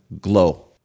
glow